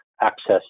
access